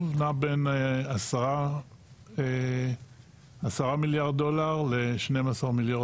נע בין 10 מיליארד דולרים ל-12 מיליארד